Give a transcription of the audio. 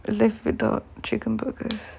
I live without chicken burgers